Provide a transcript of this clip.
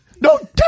No